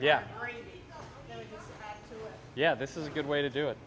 yeah yeah this is a good way to do it